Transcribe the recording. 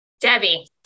Debbie